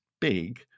big